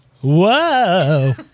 Whoa